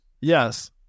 yes